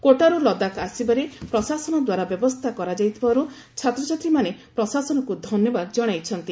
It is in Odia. କୋଟାରୁ ଲଦାଖ ଆସିବାରେ ପ୍ରଶାସନ ଦ୍ୱାରା ବ୍ୟବସ୍ଥା କରାଯାଇଥିବାରୁ ଛାତ୍ରଛାତ୍ରୀମାନେ ପ୍ରଶାସନକୁ ଧନ୍ୟବାଦ କଣାଇଛନ୍ତି